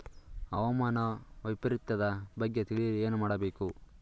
ಹವಾಮಾನ ವೈಪರಿತ್ಯದ ಬಗ್ಗೆ ತಿಳಿಯಲು ಏನು ಮಾಡಬೇಕು?